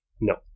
No